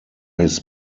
his